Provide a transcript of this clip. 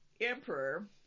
emperor